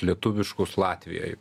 lietuviškus latvijoj